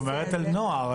את אומרת על נוער.